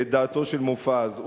לדעתו של מופז,